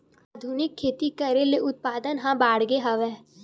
आधुनिक खेती करे ले उत्पादन ह बाड़गे हवय